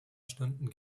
stunden